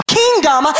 kingdom